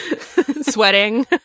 sweating